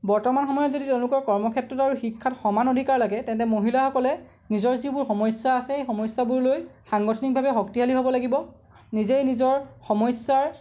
বৰ্তমান সময়ত যদি তেওঁলোকৰ কৰ্মক্ষেত্ৰত আৰু শিক্ষাত সমান অধিকাৰ লাগে তেন্তে মহিলাসকলে নিজৰ যিবোৰ সমস্যা আছে সেই সমস্যাবোৰ লৈ সাংগঠনিকভাৱে শক্তিশালী হ'ব লাগিব নিজেই নিজৰ সমস্যাৰ